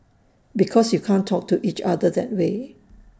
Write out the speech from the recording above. because you can't talk to each other that way